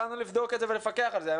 בשביל זה באנו לבדוק את זה ולפקח על זה.